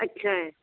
ਅੱਛਾ